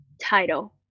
title